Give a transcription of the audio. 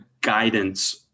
guidance